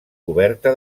coberta